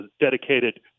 dedicated